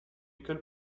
école